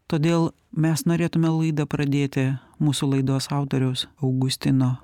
todėl mes norėtume laidą pradėti mūsų laidos autoriaus augustino